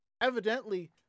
Evidently